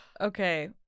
okay